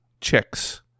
chicks